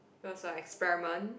it was like experiment